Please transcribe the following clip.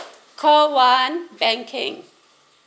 call one banking